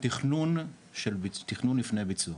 תכנון לפני ביצוע.